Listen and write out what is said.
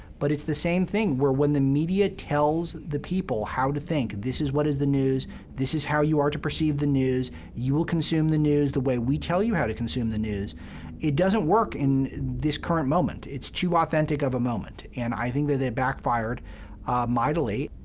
but it's the same thing where when the media tells the people how to think this is what is the news this is how you are to perceive the news you will consume the news the way we tell you how to consume the news it doesn't work in this current moment. it's too authentic of a moment. and i think that it backfired mightily,